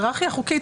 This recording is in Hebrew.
ההיררכיה החוקית,